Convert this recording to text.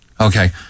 Okay